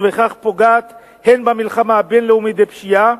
ובכך פוגעת הן במלחמה הבין-לאומית בפשיעה